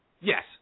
yes